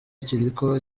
kiriko